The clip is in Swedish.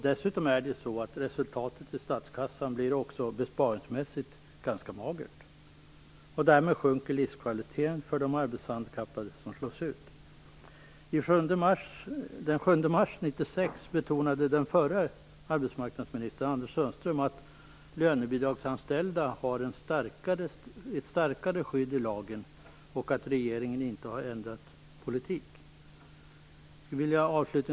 Dessutom blir resultatet i statskassan besparingsmässigt ganska magert. Livskvaliteten sjunker för de arbetshandikappade, som slås ut. Den 7 mars 1996 betonade den förre arbetsmarknadsministern, Anders Sundström, att lönebidragsanställda har ett starkare skydd i lagen och att regeringen inte har ändrat politik.